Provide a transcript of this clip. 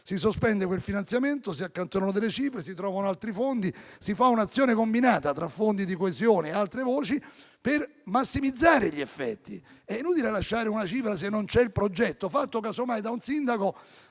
Si sospende quel finanziamento, si accantonano delle cifre, si trovano altri fondi, si fa un'azione combinata tra fondi di coesione e altre voci per massimizzare gli effetti. È inutile lasciare una cifra, se non c'è il progetto fatto casomai da un sindaco